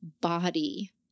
body